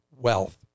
wealth